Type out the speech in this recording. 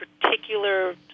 particular